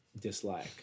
dislike